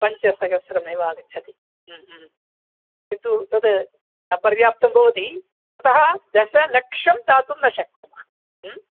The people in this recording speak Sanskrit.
पञ्चसहस्रमेव आगच्छति किन्तु तद् अपर्याप्तं भवति अतः दशलक्षं दातुं न शक्नुमः